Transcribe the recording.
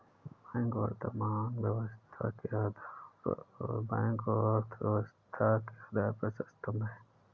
bank वर्तमान अर्थव्यवस्था के आधार स्तंभ है